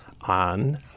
on